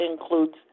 includes